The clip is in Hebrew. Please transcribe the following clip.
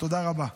תודה רבה.